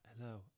Hello